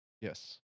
Yes